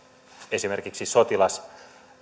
esimerkiksi sotilas